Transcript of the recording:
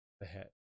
ahead